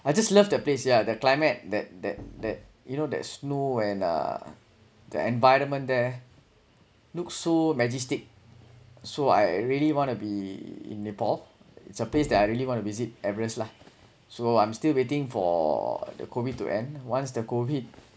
I just love the place yeah the climate that that that you know that snow when uh the environment there look so majestic so I really wanna be in nepal it's a place that I really want to visit everet lah so I'm still waiting for the COVID to end once the COVID